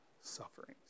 sufferings